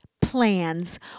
plans